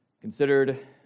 considered